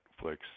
Netflix